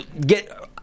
get